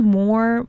more